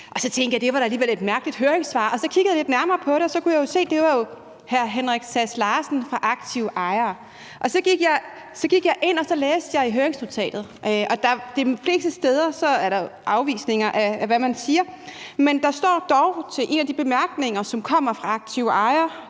Så tænkte jeg, at det da alligevel var et mærkeligt høringssvar, og så kiggede jeg lidt nærmere på det og kunne jo se, at det var hr. Henrik Sass Larsen fra Aktive Ejere. Så gik jeg ind og læste i høringsnotatet, og de fleste steder er der jo afvisninger af, hvad man siger, men der står dog til en af de bemærkninger, som kommer fra Aktive Ejere: